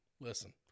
listen